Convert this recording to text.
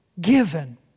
Given